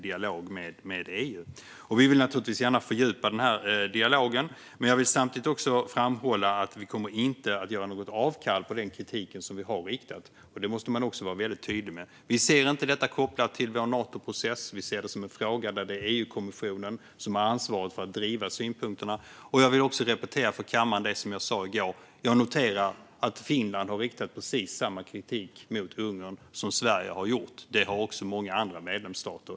Vi vill givetvis gärna fördjupa denna dialog, men jag vill samtidigt vara tydlig med att vi inte kommer att göra avkall på den kritik vi har riktat mot Ungern. Vi ser det inte kopplat till vår Natoprocess, utan vi ser det som en fråga där EU-kommissionen har ansvaret för att driva synpunkterna. Låt mig också repetera för kammaren det jag sa i går om att jag noterar att Finland har riktat samma kritik mot Ungern som Sverige har gjort. Det har också många andra medlemsstater.